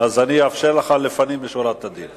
אז אני אאפשר לך לפנים משורת הדין.